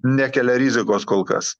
nekelia rizikos kol kas